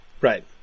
Right